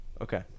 Okay